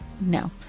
No